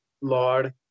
Lord